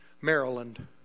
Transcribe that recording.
Maryland